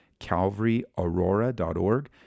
calvaryaurora.org